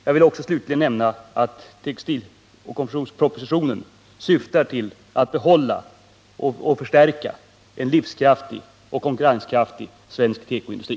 Jag vill slutligen framhålla att textiloch konfektionspropositionen syftar till att behålla och förstärka en livskraftig och konkurrenskraftig svensk tekoindustri.